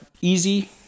easy